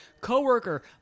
co-worker